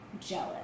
jealous